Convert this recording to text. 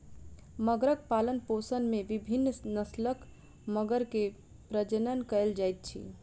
मगरक पालनपोषण में विभिन्न नस्लक मगर के प्रजनन कयल जाइत अछि